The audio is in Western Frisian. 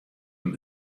him